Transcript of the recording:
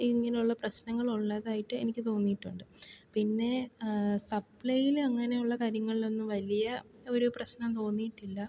ഇങ്ങനെ ഉള്ള പ്രശ്നനങ്ങൾ ഉള്ളതായിട്ട് എനിക്ക് തോന്നിയിട്ടുണ്ട് പിന്നേ സപ്ലൈ അങ്ങനെയുള്ള കാര്യങ്ങളിലൊന്നും വലിയ ഒരു പ്രശ്നം തോന്നിയിട്ടില്ല